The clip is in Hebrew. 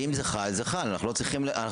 ואם זה חל, זה חל, אנחנו לא צריכים לרשום.